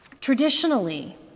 Traditionally